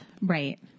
right